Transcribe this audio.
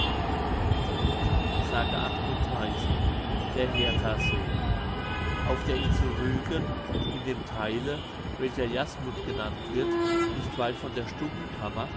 s der hertha see auf der insel rügen in dem theile welcher jasmund genannt wird nicht weit von der